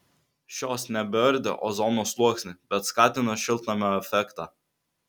šios nebeardė ozono sluoksnio bet skatino šiltnamio efektą